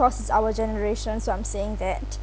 course it's our generation so I'm saying that